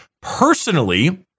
personally